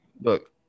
Look